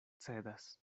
cedas